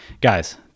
Guys